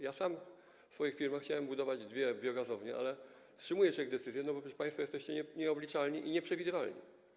Ja sam w swoich firmach chciałem budować dwie biogazownie, ale wstrzymuję się z decyzją, bo państwo jesteście nieobliczalni i nieprzewidywalni.